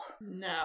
No